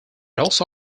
also